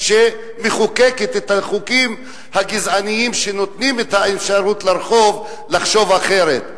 שמחוקקת את החוקים הגזעניים שנותנים את האפשרות לרחוב לחשוב אחרת.